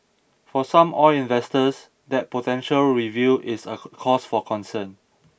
for some oil investors that potential review is a cause for concern